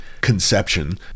conception